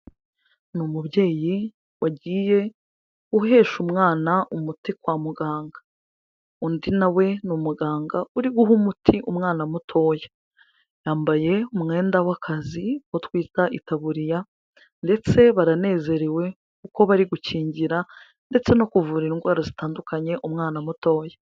Ni umubyeyi wagiye uhesha umwana umuti kwa muganga. Undi na we ni umuganga uriguha umuti umwana mutoya. Yambaye umwenda w'akazi uwo twita itaburiya, ndetse baranezerewe kuko barigukingira ndetse no kuvura indwara zitandukanye umwana mutoya.